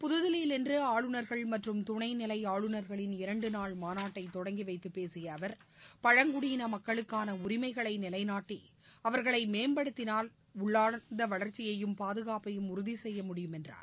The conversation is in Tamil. புதகில்லியில் இன்று ஆளுநர்கள் மற்றும் துணைநிலை ஆளுநர்களின் இரண்டுநாள் மாநாட்டை தொடங்கிவைத்துப் பேசிய அவர் பழங்குடியின மக்களுக்கான உரிமைகளை நிலைநாட்டி அவர்களை மேம்படுத்தினால் உள்ளார்ந்த வளர்ச்சியையும் பாதுகாப்பையும் உறுதி செய்ய முடியும் என்றார்